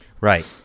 Right